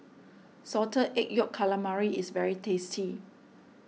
Salted Egg Yolk Calamari is very tasty